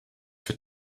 für